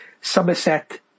Somerset